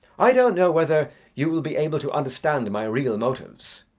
i don't know whether you will be able to understand my real motives.